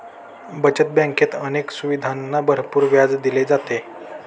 बचत बँकेत अनेक सुविधांना भरपूर व्याज दिले जाते